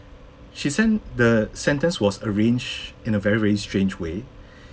she sent the sentence was arranged in a very very strange way